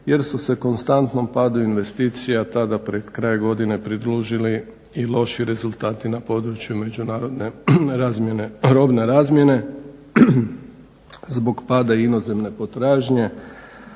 jer su se konstantnom padu investicija tada pred kraj godine pridružili i loši rezultati na području međunarodne razmjene, robne razmjene zbog pada inozemne potražnje.